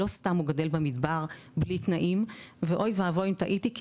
לא סתם הוא גדל במדבר בלי תנאים ואווי ואווי אם טעיתי כי